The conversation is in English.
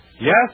Yes